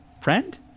friend